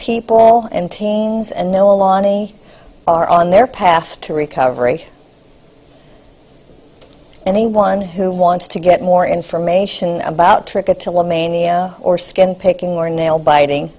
people and teens and noah lonnie are on their path to recovery anyone who wants to get more information about trick it to let mania or skin picking more nail biting